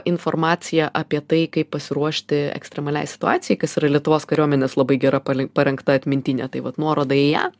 informaciją apie tai kaip pasiruošti ekstremaliai situacijai kas yra lietuvos kariuomenės labai gera parengta atmintinė tai vat nuoroda į ją